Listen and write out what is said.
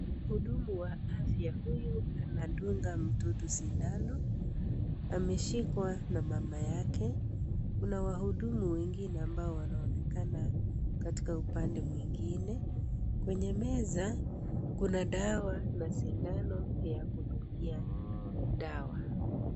Mhudumu wa afya huyu anadunga mtoto sindano . Ameshikwa na mama yake, kuna wahudumu wengine ambao wanaonekana katika upande mwingine. Kwenye meza , kuna dawa na sindano ya kudungia dawa.